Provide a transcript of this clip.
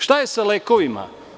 Šta je sa lekovima?